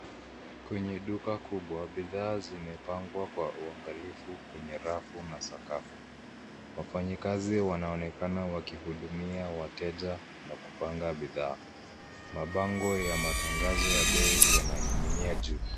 Kwenye duka kubwa bidhaa zimepangwa kwa uangalifu kwenye rafu na sakafu ,wafanyakazi wanaonekana wakihudumia wateja na kupanga bidhaa, mabango ya matangazo ya bei yananing'inia juu.